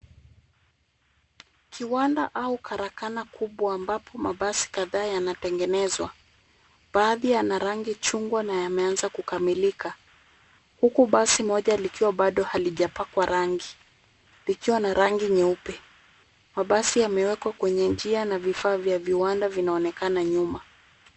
Kiwanda au karakana kubwa ambapo mabasi kadhaa yanatengenezwa. Baadhi yana rangi chungwa na yameanza kukamilika huku basi moja likiwa bado halijapakwa rangi likiwa na rangi nyeupe. Mabasi yamewekwa kwenye njia na vifaa vya viwanda vinaonekana nyuma.